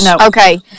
Okay